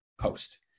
post